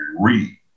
read